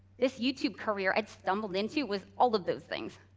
this youtube career i'd stumbled into was all of those things.